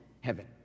heaven